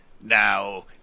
now